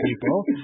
people